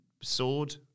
sword